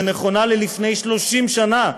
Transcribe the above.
ונכונה ללפני 30 שנה.